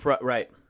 Right